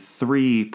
three